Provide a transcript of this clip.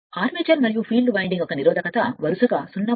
armature మరియు field winding యొక్క నిరోధకత వరుసగా 0